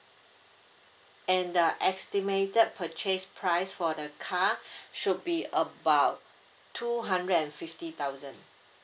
and the estimated purchase price for the car should be about two hundred and fifty thousand